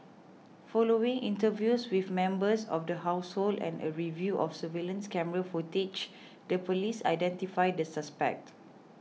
following interviews with members of the household and a review of surveillance camera footage the police identified the suspect